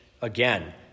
Again